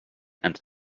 and